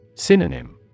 Synonym